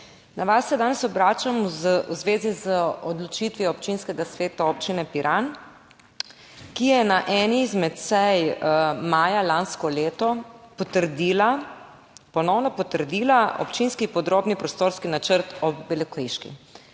na vas se danes obračam v zvezi z odločitvijo občinskega sveta Občine Piran, ki je na eni izmed sej maja lansko leto ponovno potrdila občinski podrobni prostorski načrt Ob Belokriški.